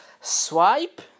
swipe